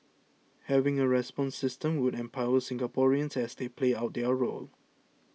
having a response system would empower Singaporeans as they play out their role